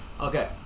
okay